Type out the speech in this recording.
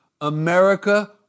America